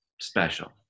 special